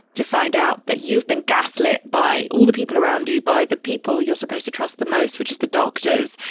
to find out that you've been gas lit by all the people around you, by the people you're supposed to trust the most, which is the doctors,